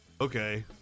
Okay